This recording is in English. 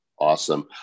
Awesome